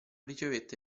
ricevette